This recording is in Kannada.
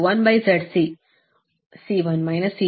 ಹೀಗೆ ಮಾಡಿದರೆ IR1ZC ಅನ್ನು ಸರಿಯಾಗಿ ಪಡೆಯುತ್ತೀರಿ